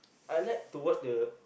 I like to watch the